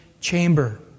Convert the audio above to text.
chamber